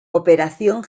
operación